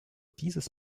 dieses